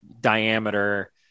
diameter